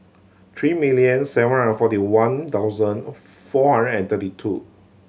three million seven hundred forty one thousand four hundred and thirty two